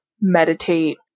meditate